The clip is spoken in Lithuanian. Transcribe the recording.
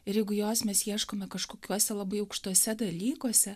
ir jeigu jos mes ieškome kažkokiuose labai aukštuose dalykuose